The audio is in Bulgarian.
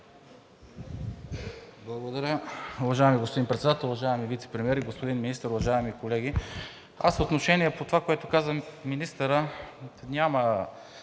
Благодаря. Уважаеми господин Председател, уважаеми вицепремиери, господин Министър, уважаеми колеги! Аз отношение по това, което каза министърът, няма